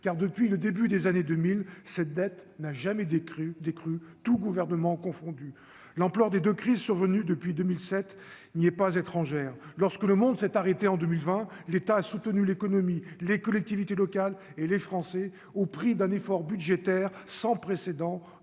car depuis le début des années 2000, cette dette n'a jamais des des crues, tous gouvernements confondus, l'ampleur des 2 crises survenues depuis 2007, il n'y est pas étrangère, lorsque le monde s'est arrêté en 2020, l'État a soutenu l'économie, les collectivités locales et les Français, au prix d'un effort budgétaire sans précédent,